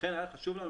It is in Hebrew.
לכן היה חשוב לנו,